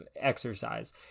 exercise